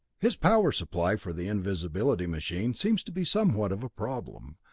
his power supply for the invisibility machine seems to be somewhat of a problem,